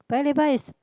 Paya-Lebar is